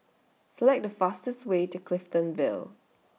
Select The fastest Way to Clifton Vale